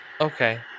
Okay